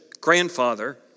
grandfather